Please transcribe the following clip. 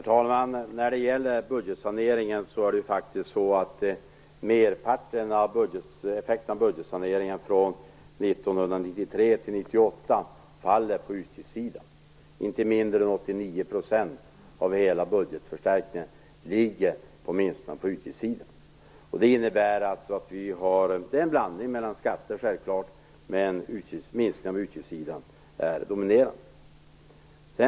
Herr talman! Det är faktiskt så att merparten av effekten av budgetsaneringen från 1993-1998 faller på utgiftssidan. Inte mindre än 89 % av hela budgetförstärkningen utgörs av minskningar på utgiftssidan. Självklart är det en blandning mellan skatter och annat, men minskningen på utgiftssidan är dominerande.